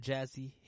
Jazzy